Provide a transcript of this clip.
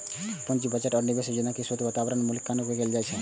पूंजी बजट आ निवेश योजना मे शुद्ध वर्तमान मूल्यक उपयोग कैल जाइ छै